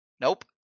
Nope